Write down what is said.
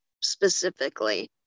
specifically